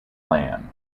plan